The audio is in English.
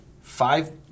five